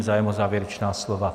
Zájem o závěrečná slova?